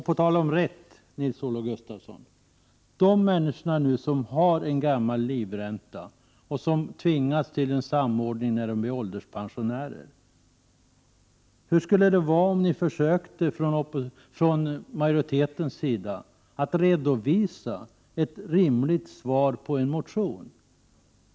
På tal om rätt, Nils-Olof Gustafsson, för de människor som har en gammal livränta och som tvingas till samordning när de blir ålderspensionärer: Hur skulle det vara om ni försökte från majoritetens sida att redovisa ett rimligt svar på en motion?